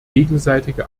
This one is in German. gegenseitige